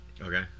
okay